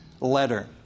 letter